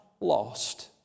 lost